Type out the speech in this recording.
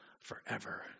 forever